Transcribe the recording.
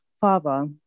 Father